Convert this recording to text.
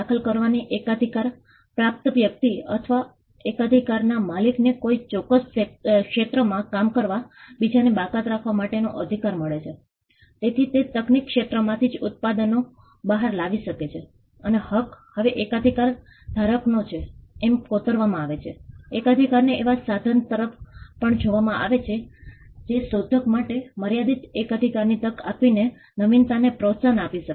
અમારે ત્યાં એક પ્રોજેક્ટ છે ક્યોટો યુનિવર્સિટી દ્વારા મેગાસિટી મુંબઇ માટે એક સંકલિત આપત્તિ જોખમનું સંચાલન સાથે સાથે અહીંની મુંબઇની મ્યુનિસિપલ કોર્પોરેશન અને પ્લાનીંગની અને આર્કિટેક્ચરની સ્કૂલ અને અન્ય ઘણી સંસ્થાઓ જેવી કે JJ College of Architecture Tata Institute of Social science